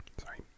sorry